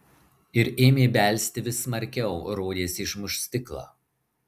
ir ėmė belsti vis smarkiau rodėsi išmuš stiklą